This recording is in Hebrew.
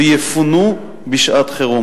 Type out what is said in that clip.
ויפונו בשעת חירום.